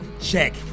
Check